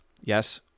yes